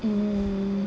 um